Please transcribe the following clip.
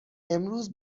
امروز